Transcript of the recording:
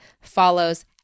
follows